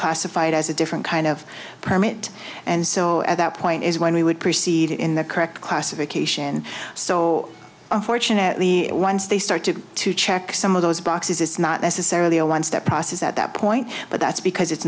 classified as a different kind of permit and so at that point is when we would proceed in the correct classification so unfortunately once they started to check some of those boxes it's not necessarily a one step process at that point but that's because it's